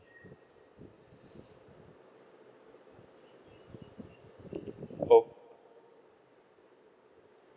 oh